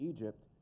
Egypt